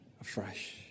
afresh